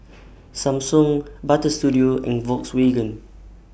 Samsung Butter Studio and Volkswagen